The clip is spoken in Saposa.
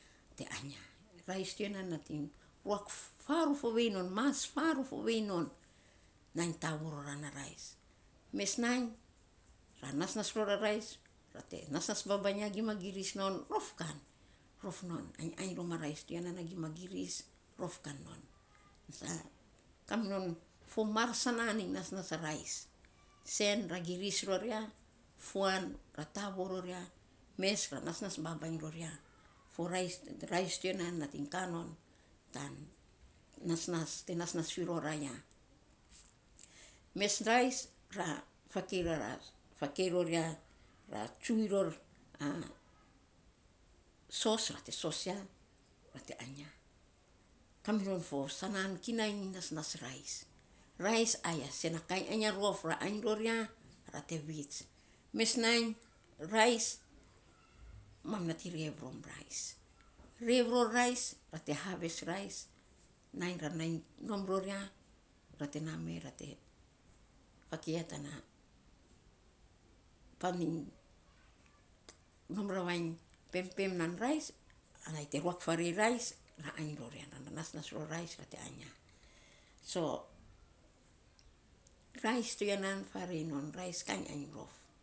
rais tiya an nating ruak faarof ovei non mas faarof non nainy tavoo ro ran rais. Mes nainy ra nasnas rora rais ra te nasnas babainy ya, gima giris non, rof kan, rof non, ainy ainy rom a rais tiya na gima giris rof kan non. Tasa kaminon fo mar sanan iny nasnas a rais. Sen ra giris ror ya, fuan ra tavo ror ya mes ra nasnas babainy ror ya. Fo rais toya nating ka non tan nasnas te nasnas fi ror ra ya. mes rais, ra fakei ror ya, ra tsu iny ror sos ra te sos ya ra te ainy ya. Kaminon fo sanaan kinai iny nasnas rais ai a sen a kainy ainy a rof, ra ainy ror ya ra te vits. Mes nainy rais mam nating rev rom rais, rev ror rais ra te haves rais nainy ra nainy nom ror ya ra te na me ra te fikei ya tana pan iny nom ravainy pempem nan rais ana ya te ruak farei rais ra ainy ror ta nasnas ror rais ra te ainy ya so rais toya nan farei non kainy ainy rof.